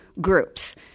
groups—